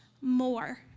more